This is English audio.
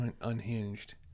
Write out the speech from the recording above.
unhinged